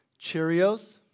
Cheerios